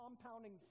compounding